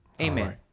Amen